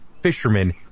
fishermen